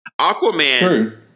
Aquaman